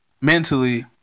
mentally